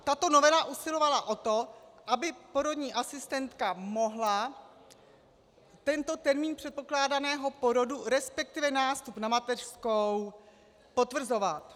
Tato novela usilovala o to, aby porodní asistentka mohla tento termín předpokládaného porodu, resp. nástup na mateřskou, potvrzovat.